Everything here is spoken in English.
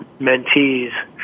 mentees